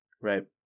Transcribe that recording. Right